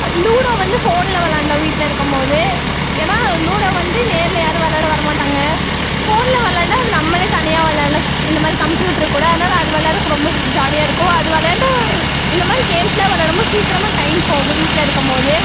ludo வந்து ஃபோனில் விளையாண்டோம் வீட்டில் இருக்கும் போது ஏன்னால் லூடோ வந்து நேரில் யாரும் விளையாட வரமாட்டாங்க ஃபோனில் விளையாண்டா அது நம்மளே தனியாக விளையாட்லாம் இந்த மாதிரி கம்யூட்ரு கூட அதனால அது விளையாட்றக்கு ரொம்ப ஜாலியாக இருக்கும் அது விளையாண்டா இந்த மாதிரி கேம்ஸ்ஸெலாம் விளையாடும் போது சீக்கிரமாக டைம் போகும் வீட்டில் இருக்கும் போது